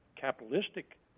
capitalistic